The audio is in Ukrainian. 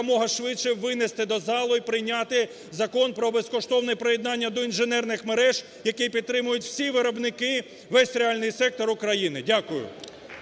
якомога швидше винести до зали і прийняти Закон про безкоштовне приєднання до інженерних мереж, який підтримують всі виробники, весь реальний сектор України. Дякую.